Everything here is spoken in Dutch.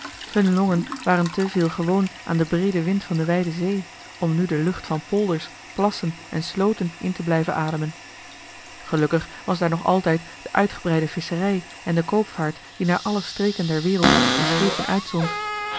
hun longen waren te veel gewoon aan den breeden wind van de wijde zee om nu de lucht van polders plassen en slooten in te blijven ademen gelukkig was daar nog altijd de uitgebreide visscherij en de koopvaart die naar alle streken der wereld de schepen